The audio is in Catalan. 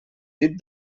dit